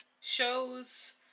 shows